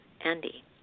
Andy